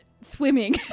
Swimming